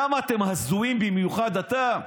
כמה אתם הזויים, במיוחד אתה?